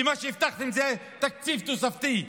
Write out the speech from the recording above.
כי מה שהבטחתם זה תקציב תוספתי.